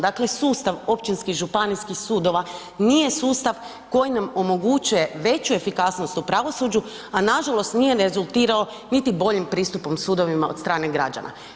Dakle sustav općinskih i županijskih sudova nije sustav koji nam omogućuje veću efikasnost u pravosuđu, a nažalost nije rezultirao niti boljim pristupom sudovima od strane građana.